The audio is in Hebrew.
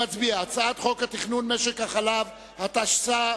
נצביע, הצעת חוק תכנון משק החלב, התשס"ח